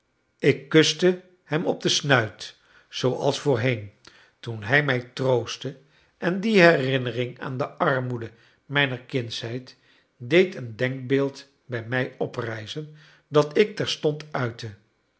ik kuste hem op zijn snuit zooals voorheen toen hij mij troostte en die herinnering aan de armoede mijner kindsheid deed een denkbeeld bij mij oprijzen dat ik terstond uitte